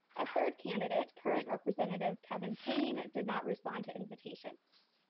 a third candidate, current representative kevin payne, did not respond to invitations.